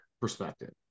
perspective